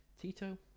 Tito